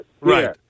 Right